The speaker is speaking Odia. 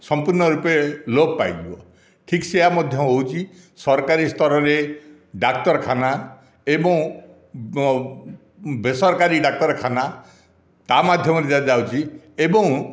ସମ୍ପୂର୍ଣ୍ଣ ରୂପେ ଲୋପ ପାଇବ ଠିକ ସେୟା ମଧ୍ୟ ହେଉଛି ସରକାରୀ ସ୍ତରରେ ଡାକ୍ତରଖାନା ଏବଂ ବେସରକାରୀ ଡାକ୍ତରଖାନା ତା ମାଧ୍ୟମରେ ମାଧ୍ୟମରେ ଦିଆଯାଉଛି ଏବଂ